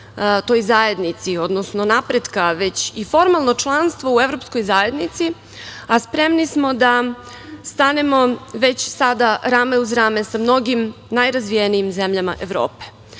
toj zajednici, odnosno napretka, već i formalno članstvo u evropskoj zajednici, a spremni smo da stanemo već sada rame uz rame sa mnogim najrazvijenijim zemljama Evrope.